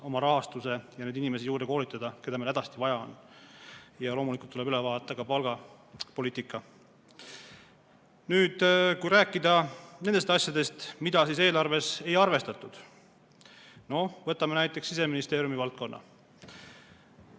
oma rahastuse ja neid inimesi juurde koolitada, keda meil hädasti vaja on. Ja loomulikult tuleb üle vaadata ka palgapoliitika. Nüüd, kui rääkida nendest asjadest, mida eelarves ei arvestatud, siis võtame näiteks Siseministeeriumi valdkonna.